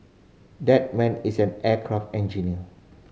that man is an aircraft engineer